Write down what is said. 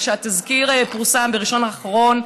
ושהתזכיר פורסם בראשון האחרון.